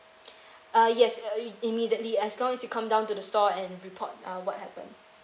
uh yes uh immediately as long as you come down to the store and report uh what happen